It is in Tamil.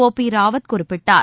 ஓ பிராவத் குறிப்பிட்டார்